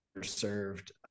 served